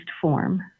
form